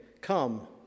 Come